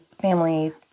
family